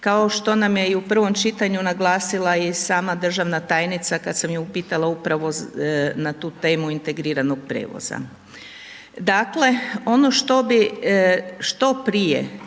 kao što nam je i u prvom čitanju naglasila i sama državna tajnica, kad sam je upitala upravo na tu temu integriranog prijevoza. Dakle, ono što bi